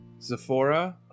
Zephora